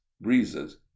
Breezes